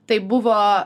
tai buvo